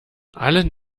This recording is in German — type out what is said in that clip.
allen